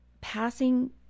passing